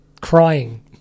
crying